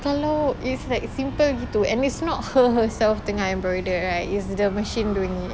kalau it's like simple to and it's not her herself tengah embroidered right is the machine doing it